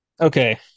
Okay